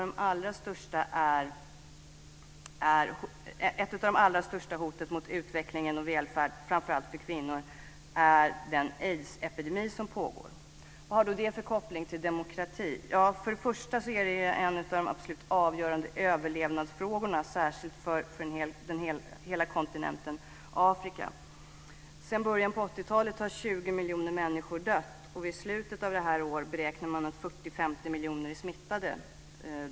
Ett av de allra största hoten mot utvecklingen av välfärd framför allt för kvinnor är den aidsepidemi som pågår. Vad har nu det för koppling till demokrati? För det första är det en av de absolut avgörande överlevnadsfrågorna särskilt för hela kontinenten Afrika. Sedan början på 80-talet har 20 miljoner människor dött. Vid slutet av detta år beräknar man att 40-50 miljoner är smittade.